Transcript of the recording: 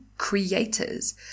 creators